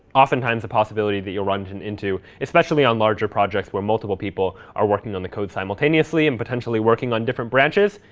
oftentimes, a possibility that you'll run but and into, especially on larger projects, where multiple people are working on the code simultaneously, and potentially working on different branches,